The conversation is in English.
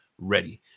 ready